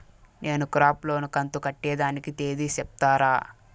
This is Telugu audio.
నేను క్రాప్ లోను కంతు కట్టేదానికి తేది సెప్తారా?